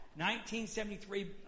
1973